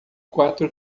quatro